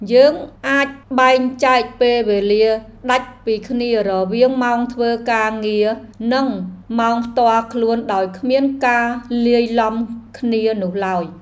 យើងអាចបែងចែកពេលវេលាដាច់ពីគ្នារវាងម៉ោងធ្វើការងារ និងម៉ោងផ្ទាល់ខ្លួនដោយគ្មានការលាយឡំគ្នានោះឡើយ។